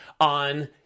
on